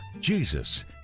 Jesus